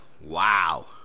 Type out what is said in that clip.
Wow